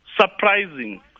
surprising